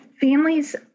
families